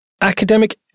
Academic